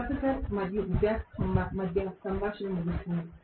professor మరియు విద్యార్థి మధ్య సంభాషణ ముగుస్తుంది